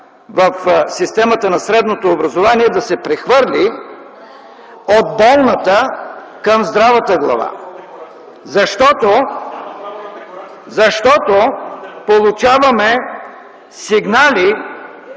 в системата на средното образование да се прехвърли от болната към здравата глава. Получаваме сигнали,